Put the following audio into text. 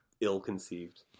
ill-conceived